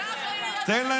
ככה זה